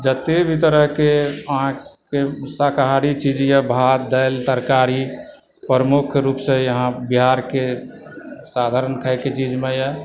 जतए भी तरहकेँ अहाँकेँ शाकाहारी चीजए भात दालि तरकारी प्रमुख रुपसँ यहाँ बिहारकेँ साधारण खायके चीजमे यऽ